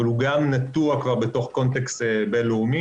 אבל הוא גם נטוע כבר בתוך קונטקסט בין-לאומי.